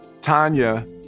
Tanya